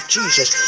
Jesus